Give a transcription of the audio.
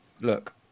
Look